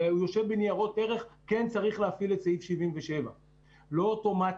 אלא הוא יושב בניירות ערך צריך להפעיל את סעיף 77. לא אוטומטית.